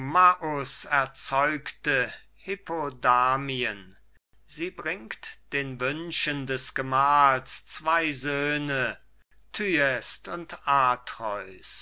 hippodamien sie bringt den wünschen des gemahls zwei söhne thyest und atreus